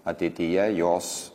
ateityje jos